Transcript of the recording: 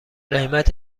قیمت